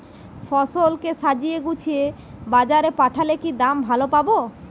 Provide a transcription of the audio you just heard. ফসল কে সাজিয়ে গুছিয়ে বাজারে পাঠালে কি দাম ভালো পাব?